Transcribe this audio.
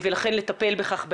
לדעת בחירום,